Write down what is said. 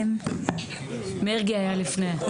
מרגי היה לפניהם.